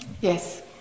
Yes